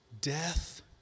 death